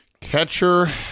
Catcher